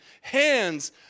Hands